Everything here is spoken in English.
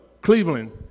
Cleveland